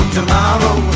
tomorrow